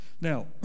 Now